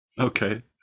Okay